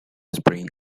spring